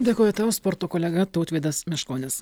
dėkoju tau sporto kolega tautvydas meškonis